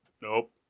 Nope